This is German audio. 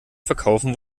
verkaufen